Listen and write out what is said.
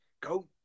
go